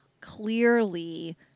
clearly